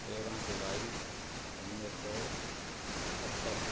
तेरहं जुलाई उणिवीह सौ अठहतरि